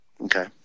Okay